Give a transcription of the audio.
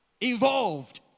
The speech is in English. Involved